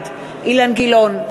בעד אילן גילאון,